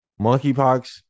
Monkeypox